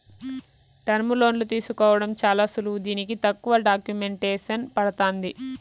టర్ములోన్లు తీసుకోవడం చాలా సులువు దీనికి తక్కువ డాక్యుమెంటేసన్ పడతాంది